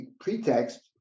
Pretext